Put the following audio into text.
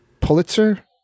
Pulitzer